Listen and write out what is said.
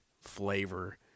flavor